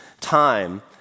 time